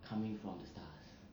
coming from the stars